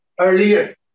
earlier